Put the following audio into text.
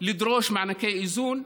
לדרוש מענקי איזון,